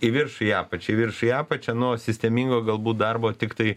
į viršų į apačią į viršų į apačią nu o sistemingo galbūt darbo tiktai